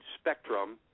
spectrum